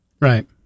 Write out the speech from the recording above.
Right